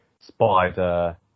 spider